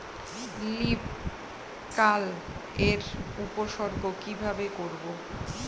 Leaf curl এর উপসর্গ কিভাবে করব?